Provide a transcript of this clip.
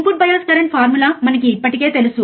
input bias current formula మనకి ఇప్పటికే తెలుసు